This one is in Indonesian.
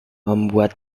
membuat